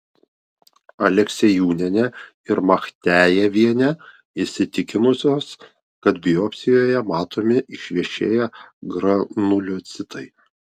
aleksiejūnienė ir machtejevienė įsitikinusios kad biopsijoje matomi išvešėję granuliocitai